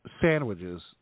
sandwiches